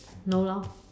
no lor